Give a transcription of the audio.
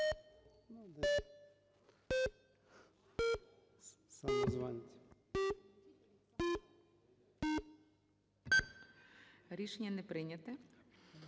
Рішення не прийнято.